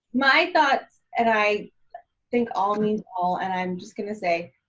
my thoughts, and i think all means all. and i'm just going to say,